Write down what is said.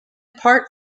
part